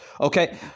okay